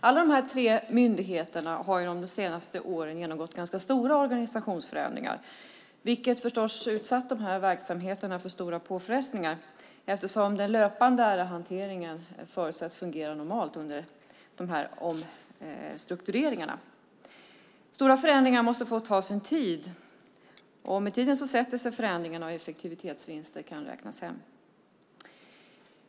Alla dessa tre myndigheter har de senaste åren genomgått ganska stora organisationsförändringar vilket förstås har utsatt verksamheterna för stora påfrestningar, eftersom den löpande ärendehanteringen förutsätts fungera normalt under omstruktureringarna. Stora förändringar måste få ta sin tid, men med tiden sätter sig förändringarna och effektivitetsvinster kan räknas hem.